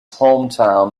hometown